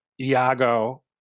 Iago